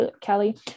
Kelly